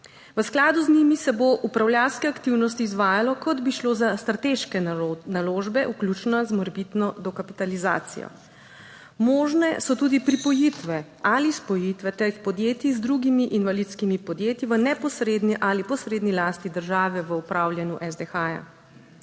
V skladu z njimi se bo upravljavske aktivnosti izvajalo kot bi šlo za strateške naložbe, vključno z morebitno dokapitalizacijo. Možne so tudi pripojitve ali spojitve teh podjetij z drugimi invalidskimi podjetji v neposredni ali posredni lasti države v upravljanju SDH.